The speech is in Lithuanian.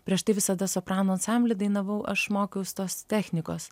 prieš tai visada soprano ansamblį dainavau aš mokiaus tos technikos